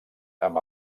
amb